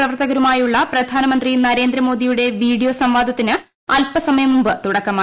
പ്രവർത്തകരുമായുള്ള പ്രധാനമന്ത്രി നരേന്ദ്രമോദിയുടെ വീഡിയോ സംവാദത്തിന് അൽപ്പസമയം മുൻപ് തുടക്കമായി